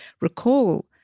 recall